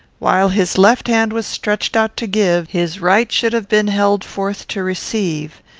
while his left hand was stretched out to give, his right should have been held forth to receive.